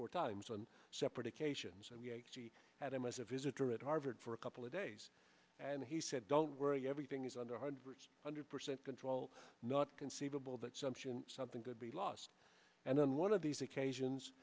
four times on separate occasions and we had him as a visitor at harvard for a couple of days and he said don't worry everything is under a hundred hundred percent control not conceivable that sumption something good be lost and then one of these occasions